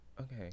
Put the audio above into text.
Okay